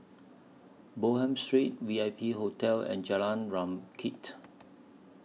Bonham Street V I P Hotel and Jalan